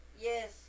Yes